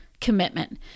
commitment